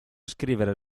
scrivere